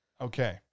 Okay